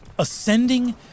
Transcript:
Ascending